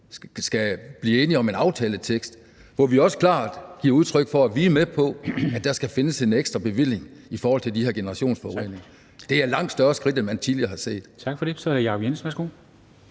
skal blive enige om en aftaletekst, hvor vi også klart giver udtryk for, at vi er med på, at der skal findes en ekstra bevilling i forhold til de her generationsforureninger. Det er et langt større skridt, end man tidligere har set.